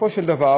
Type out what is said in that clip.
בסופו של דבר,